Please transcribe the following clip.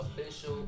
Official